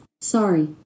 sorry